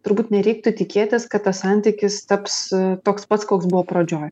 turbūt nereiktų tikėtis kad tas santykis taps toks pats koks buvo pradžioj